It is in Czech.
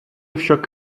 však